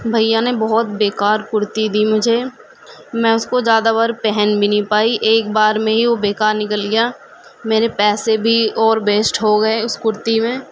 بھیا نے بہت بےکار کرتی دی مجھے میں اس کو زیادہ بار پہن بھی نہیں پائی ایک بار میں ہی وہ بےکار نکل گیا میرے پیسے بھی اور ویسٹ ہو گئے اس کرتی میں